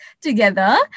together